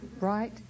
right